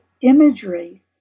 imagery